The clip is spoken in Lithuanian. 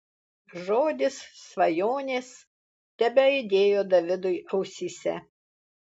žodis svajonės tebeaidėjo davidui ausyse